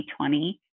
2020